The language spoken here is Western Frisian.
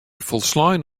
folslein